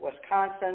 Wisconsin